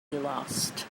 lost